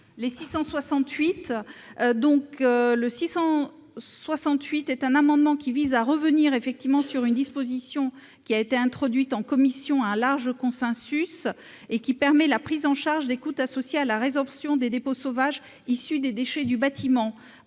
monsieur Cuypers. L'amendement n° 668 vise à revenir sur une disposition introduite en commission à un large consensus qui permet de prendre en charge les coûts associés à la résorption des dépôts sauvages issus des déchets du bâtiment